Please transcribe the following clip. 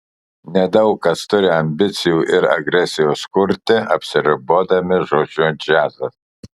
nedaug kas turi ambicijų ir agresijos kurti apsiribodami žodžiu džiazas